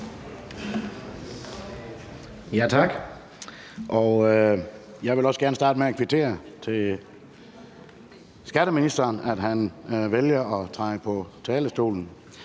Tak. Jeg vil også gerne starte med at kvittere skatteministeren for, at han vælger at komme på talerstolen.